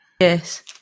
Yes